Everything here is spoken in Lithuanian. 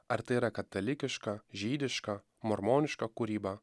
ar tai yra katalikiška žydiška mormoniška kūryba